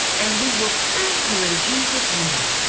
and we will thank you in jesus name,